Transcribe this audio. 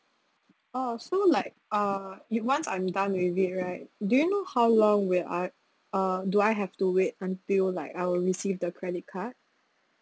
oh so like uh yo~ once I'm done with it right do you know how long will I uh do I have to wait until like I will receive the credit card